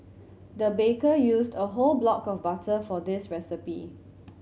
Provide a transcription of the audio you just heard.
the baker used a whole block of butter for this recipe